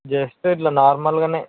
just ఇట్ల నార్మల్గా